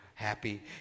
happy